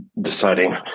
deciding